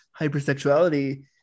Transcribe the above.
hypersexuality